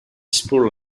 spur